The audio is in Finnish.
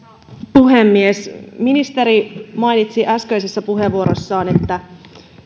puhemies ministeri mainitsi äskeisessä puheenvuorossaan että